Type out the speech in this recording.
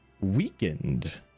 weakened